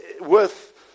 worth